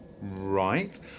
Right